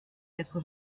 quatre